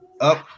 up